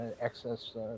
excess